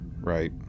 Right